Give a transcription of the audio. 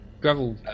gravel